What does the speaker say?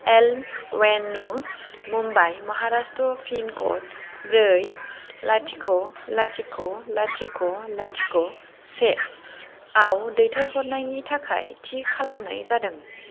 Elm भेनु Mumbai Maharashtra PIN code ब्रै लाथिख' लाथिख' लाथिख' लाथिख' से आव दैथायहरनायनि थाखाय थि खालामनाय जादों